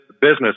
business